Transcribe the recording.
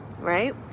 right